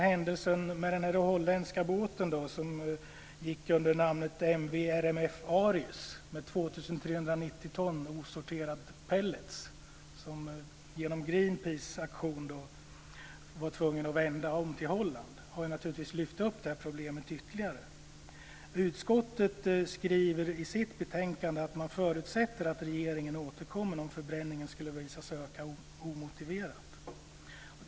Händelsen med den holländska båt som gick under namnet RMS Aries, med 2 390 ton osorterade pelletar, och som genom en Greenpeaceaktion måste vända om till Holland har naturligtvis lyft fram det här problemet ännu mer. Utskottet skriver i betänkandet att man förutsätter att regeringen återkommer om förbränningen skulle visa sig öka omotiverat.